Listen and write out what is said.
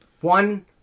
One